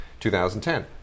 2010